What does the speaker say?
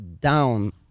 down